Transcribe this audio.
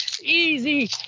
easy